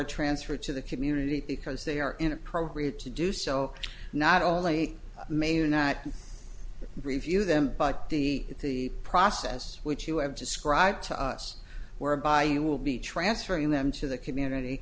transfer to the community because they are inappropriate to do so not only made you not review them but the process which you have described to us whereby you will be transferring them to the community